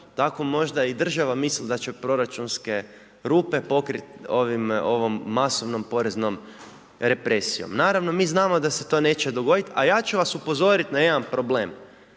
Tako možda i država misli da će proračunske rupe pokrit ovom masovnom poreznom represijom. Naravno, mi znamo da će se to neće dogoditi, a ja ću vas upozoriti na jedan problem.